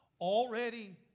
Already